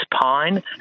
Pine